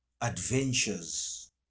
adventures